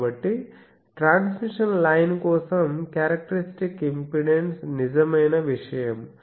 కాబట్టి transmission line కోసం characteristic impedance నిజమైన విషయం